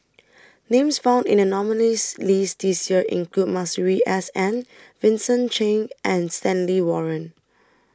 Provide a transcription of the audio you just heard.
Names found in The nominees' list This Year include Masuri S N Vincent Cheng and Stanley Warren